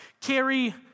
Carry